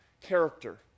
character